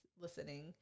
listening